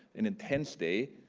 an intense day,